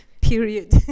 period